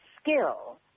skill